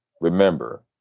Remember